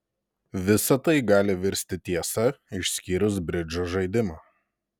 visa tai gali virsti tiesa išskyrus bridžo žaidimą